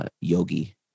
Yogi